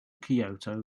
kyoto